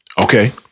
Okay